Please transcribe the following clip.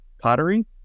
Pottery